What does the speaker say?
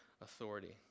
authority